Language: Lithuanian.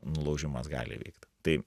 nulaužimas gali įvykt tai